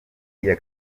iya